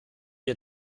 wir